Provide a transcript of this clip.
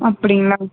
அப்பிடிங்களா